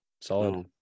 solid